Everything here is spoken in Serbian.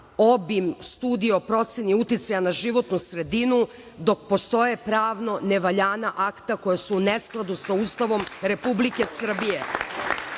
obim Studije o procene uticaja na životnu sredinu dok postoje pravno nevaljana akta koja su u neskladu sa Ustavom Republike Srbije.